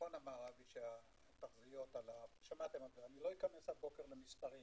נכון אמר אבי לא אכנס הבוקר למספרים.